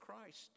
Christ